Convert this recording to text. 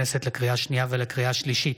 הכנסת לקריאה שנייה ולקריאה שלישית,